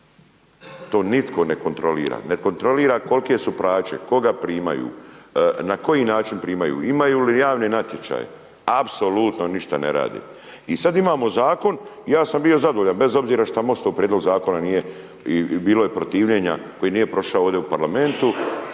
To nitko ne kontrolira. Ne kontrolira kolike su plaće, koga primaju, na koji način primaju, imali ju javne natječaje, apsolutno ništa ne radi. I sad imamo zakon, ja sam bio zadovoljan, bez obzira što MOST-ov prijedlog zakona nije i bilo je protivljenja, koji nije prošao ovdje u parlamentu,